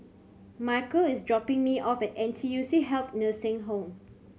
Micheal is dropping me off at N T U C Health Nursing Home